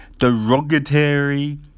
Derogatory